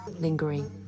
lingering